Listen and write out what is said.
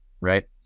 right